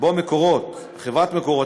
שבו "מקורות" חברת "מקורות",